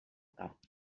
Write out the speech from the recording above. cap